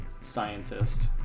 scientist